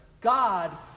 God